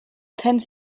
tends